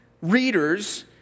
readers